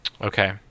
okay